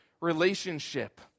relationship